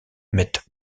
mettent